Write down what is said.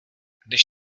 když